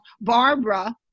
Barbara